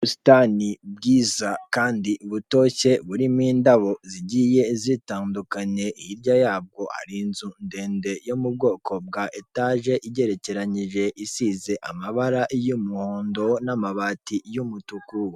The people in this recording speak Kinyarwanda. Ubusitani bwiza kandi butoshye, burimo indabo zigiye zitandukanye, hirya yabwo hari inzu ndende yo mu bwoko bwa etaje igerekeranyije, isize amabara y'umuhondo n'amabati y'umutuku.